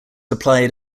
applied